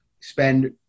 spend